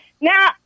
Now